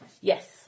Yes